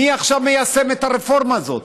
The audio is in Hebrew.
מי עכשיו מיישם את הרפורמה הזאת?